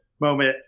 moment